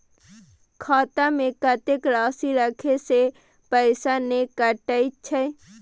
खाता में कत्ते राशि रखे से पैसा ने कटै छै?